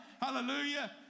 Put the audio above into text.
Hallelujah